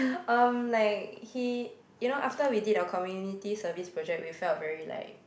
um like he you know after we did our community service project we felt very like